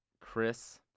Chris